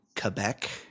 Quebec